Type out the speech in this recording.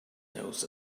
knows